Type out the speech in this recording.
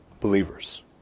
believers